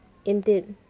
indeed